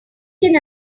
can